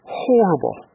horrible